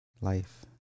life